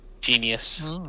Genius